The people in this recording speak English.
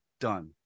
done